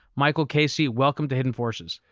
michael casey, welcome to hidden forces.